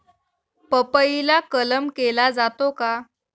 पपईला कलम केला जातो का?